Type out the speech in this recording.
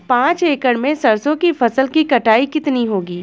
पांच एकड़ में सरसों की फसल की कटाई कितनी होगी?